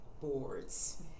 boards